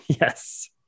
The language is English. Yes